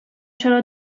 چرا